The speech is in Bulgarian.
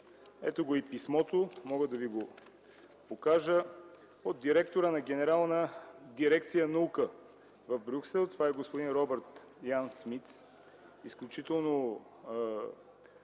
Ето го и писмото, мога да ви го покажа, от директора на Генерална дирекция „Наука” в Брюксел, това е господин Робърт Ян Смитс, изключително